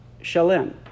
Shalem